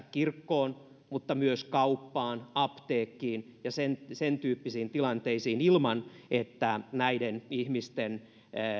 kirkkoon mutta myös kauppaan apteekkiin ja sentyyppisiin tilanteisiin ilman että näiden ihmisten